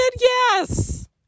yes